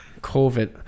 COVID